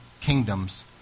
kingdoms